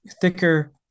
thicker